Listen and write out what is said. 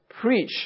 preach